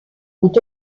ont